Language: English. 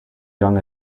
young